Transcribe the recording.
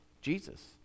Jesus